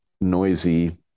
noisy